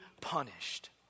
punished